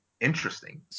interesting